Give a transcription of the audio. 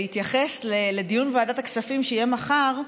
להתייחס לדיון ועדת הכספים שיהיה מחר.